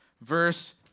verse